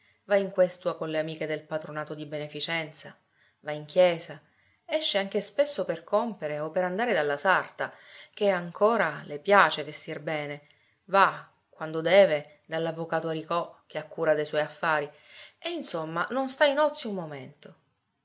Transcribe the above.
va in questua con le amiche del patronato di beneficenza va in chiesa esce anche spesso per compere o per andare dalla sarta ché ancora le piace vestir bene va quando deve dall'avvocato aricò che ha cura dei suoi affari e insomma non sta in ozio un momento